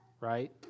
right